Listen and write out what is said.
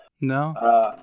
No